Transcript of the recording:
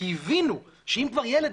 כי הבינו שאם כבר ילד,